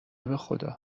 بخداراست